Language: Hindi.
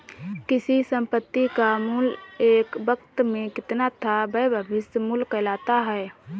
किसी संपत्ति का मूल्य एक वक़्त में कितना था यह भविष्य मूल्य कहलाता है